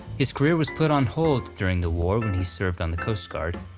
his career was put on hold during the war when he served on the coast guard,